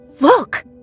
Look